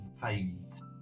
fades